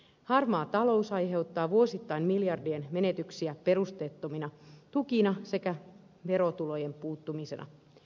harmaa talous aiheuttaa vuosittain miljardien menetyksiä perusteettomina tukina sekä verotulojen puuttumisena